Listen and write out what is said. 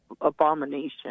abomination